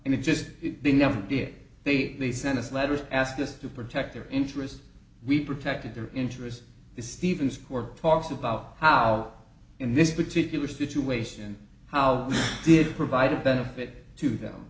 and it just been never did they they sent us letters asking us to protect their interest we protected their interest this stevens for talks about how in this particular situation how did provide a benefit to them